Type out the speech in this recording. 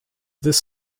this